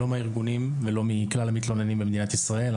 לא מהארגונים ולא בכלל המתלוננים במדינת ישראל.